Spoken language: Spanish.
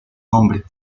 nombre